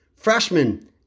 freshman